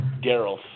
Daryl